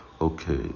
Okay